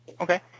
okay